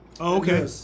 Okay